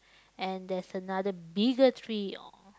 and there's another bigger tree on